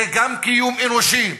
זה גם קיום אנושי,